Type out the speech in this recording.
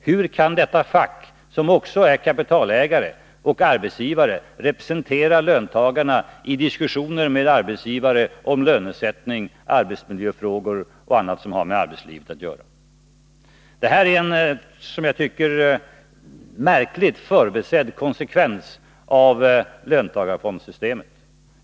Hur kan de fackliga organisationerna, som också är ägare och arbetsgivare, representera löntagarna i diskussioner med arbetsgivare om lönesättning, arbetsmiljö och annat som har med arbetslivet att göra? Det här är, som jag tycker, en konsekvens av löntagarfondssystemet som man på ett märkligt sätt förbisett.